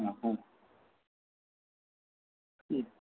ആഹ